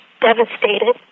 devastated